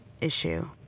issue